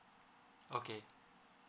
okay